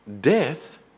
Death